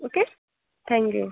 okay thank you